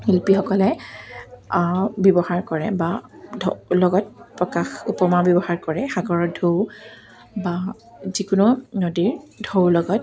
শিল্পীসকলে ব্যৱহাৰ কৰে বা ঢৌৰ লগত প্ৰকাশ উপমা ব্যৱহাৰ কৰে সাগৰত ঢৌ বা যিকোনো নদীৰ ঢৌৰ লগত